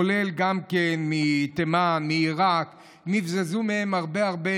כולל תימן ועיראק, נבזזו מהם הרבה הרבה